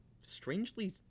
strangely